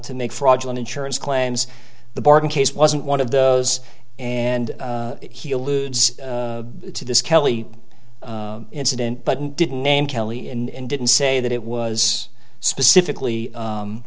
to make fraudulent insurance claims the bargain case wasn't one of those and he alludes to this kelly incident but didn't name kelly and didn't say that it was specifically